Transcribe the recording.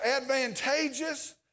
advantageous